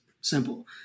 simple